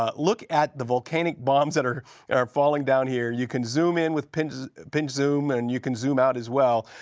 ah look at the volcanic bombs that are are falling down here. you can zoom in with pen pen zoom and you can zoom out as well.